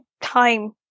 time